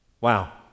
Wow